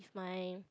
my